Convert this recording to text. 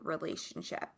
relationship